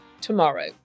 tomorrow